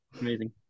Amazing